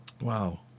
Wow